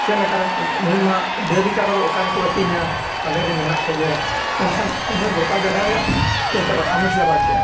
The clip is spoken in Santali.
ᱪᱮᱫ ᱞᱮᱠᱟᱨᱮ ᱱᱤᱛ ᱢᱟ ᱰᱟᱹᱝᱨᱤ ᱠᱟᱰᱟ ᱠᱚ ᱚᱠᱟ ᱨᱮᱠᱚ ᱟᱹᱛᱤᱧᱟ ᱟᱞᱮ ᱨᱮᱱ ᱢᱮᱱᱟᱜ ᱠᱚᱜᱮᱭᱟ ᱢᱮᱱᱠᱷᱟᱱ ᱚᱱᱮ ᱜᱚᱴᱟ ᱡᱟᱭᱜᱟ ᱜᱮ ᱦᱟᱸᱜ ᱤᱭᱟᱹ ᱦᱟᱢᱮᱴ ᱪᱟᱵᱟ ᱠᱮᱜᱼᱟᱭ